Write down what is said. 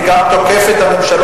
אני גם תוקף את הממשלות,